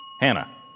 Hannah